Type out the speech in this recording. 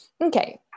Okay